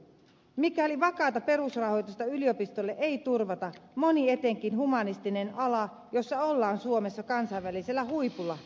mikäli vakaata perusrahoitusta yliopistolle ei turvata moni etenkin humanistinen ala jossa ollaan suomessa kansainvälisellä huipulla tulee kärsimään